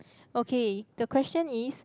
okay the question is